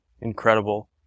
Incredible